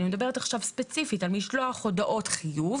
אני מדברת עכשיו ספציפית על משלוח הודעות חיוב.